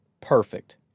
perfect